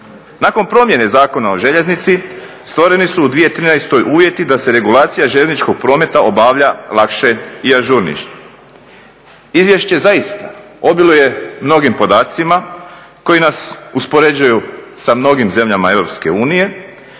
Nakon promjene Zakona o željeznici stvoreni su u 2013. uvjeti da se regulacija željezničkog prometa obavlja lakše i ažurnije. Izvješće zaista obiluje mnogim podacima koji nas uspoređuju sa mnogim zemljama EU,